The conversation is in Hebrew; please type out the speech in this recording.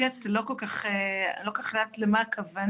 דיסקט לא כל כך יודעת למה הכוונה.